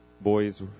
boys